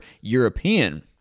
European